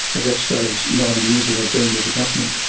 that stage, nine years that i had been with the company.